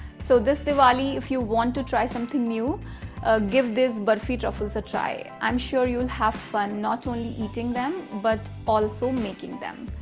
so this diwali, if you want to try something new ah give these burfi truffles a try. i'm sure you'll have fun not only eating them, but also making them.